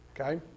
Okay